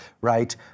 right